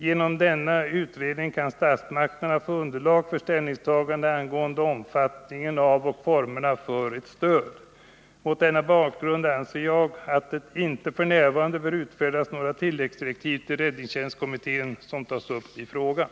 Genom denna utredning kan statsmakterna få underlag för ställningstagande angående omfattningen av och formerna för ett stöd. Mot denna bakgrund anser jag att det inte f. n. bör utfärdas sådana tilläggsdirektiv till räddningstjänstkommittén som tas upp i frågan.